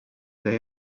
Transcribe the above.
they